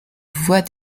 voix